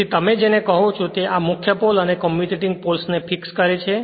તેથી તમે જેને કહો છો તે આ મુખ્ય પોલ અને કમ્યુટેટિંગ પોલ્સ ને ફિક્સકરે છે